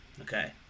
okay